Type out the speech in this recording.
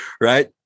right